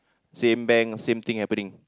same bank same thing happening